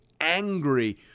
angry